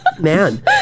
man